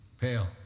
pale